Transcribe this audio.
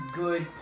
good